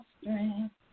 strength